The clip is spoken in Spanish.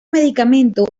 medicamento